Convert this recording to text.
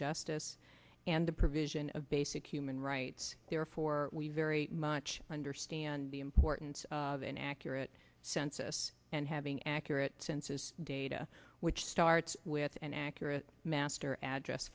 justice and the provision of basic human rights therefore we very much understand the importance of an accurate census and having accurate census data which starts with an accurate master address